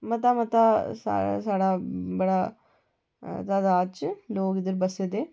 ते मता मता साढ़ा बढा तादात च लोक बस्से दे